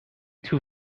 two